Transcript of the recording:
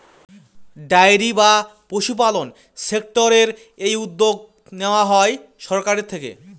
dairy বা পশুপালন সেক্টরের এই উদ্যোগ নেওয়া হয় সরকারের থেকে